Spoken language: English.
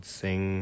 sing